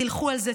תלכו על זה,